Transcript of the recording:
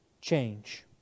change